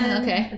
okay